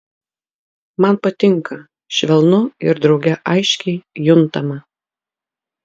man patinka švelnu ir drauge aiškiai juntama